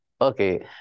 okay